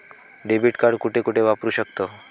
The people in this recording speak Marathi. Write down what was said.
डेबिट कार्ड कुठे कुठे वापरू शकतव?